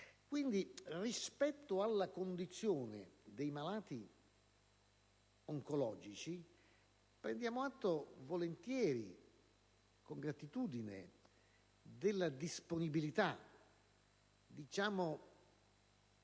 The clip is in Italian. Quindi, rispetto alla condizione dei malati oncologici, prendiamo atto volentieri e con gratitudine della disponibilità del